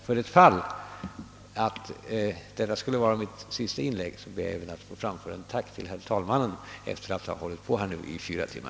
För det fall att detta är mitt sista inlägg ber jag att få framföra ett tack till herr talmannen för att han låtit denna frågestund räcka i över tre timmar.